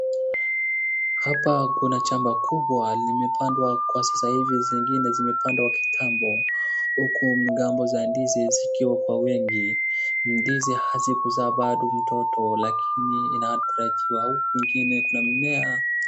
Hapa kuna shamba kubwa limepandwa kwa sasa hivi zingine zimpandwa kitambo, huku migomba za ndizi zikiwa kwa wingi. Ndizi haikuzaa bado mtoto lakini inatarajiwa huku kwingine kuna mimea.